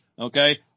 Okay